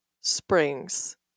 springs